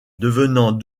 devenant